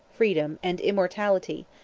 freedom, and immortality,